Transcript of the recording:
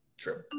True